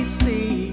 see